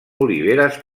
oliveres